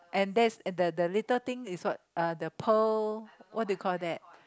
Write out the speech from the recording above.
and that's the the little thing is what the pearl what do you call that